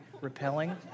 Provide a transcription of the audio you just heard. repelling